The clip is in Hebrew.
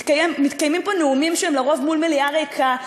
מתקיימים פה נאומים שהם לרוב מול מליאה ריקה,